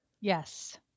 Yes